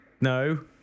No